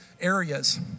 areas